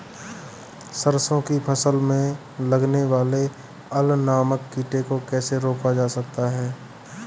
सरसों की फसल में लगने वाले अल नामक कीट को कैसे रोका जाए?